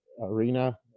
arena